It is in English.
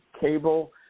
cable